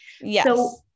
Yes